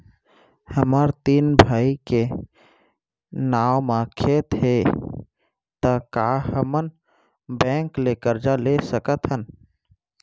हमर तीन भाई के नाव म खेत हे त का हमन बैंक ले करजा ले सकथन?